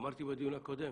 אמרתי בדיון הקודם.